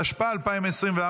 התשפ"ה 2024,